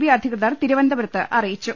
B അധികൃതർ തിരുവനന്തപുരത്ത് അറിയിച്ചു